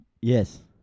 Yes